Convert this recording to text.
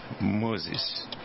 Moses